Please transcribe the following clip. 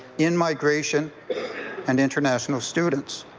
in-migration and international students.